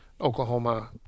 Oklahoma